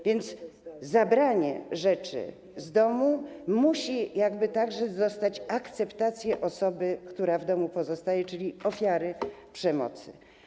A więc zabranie rzeczy z domu musi także dostać akceptację osoby, która w domu pozostaje, czyli ofiary przemocy.